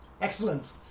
Excellent